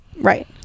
right